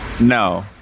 No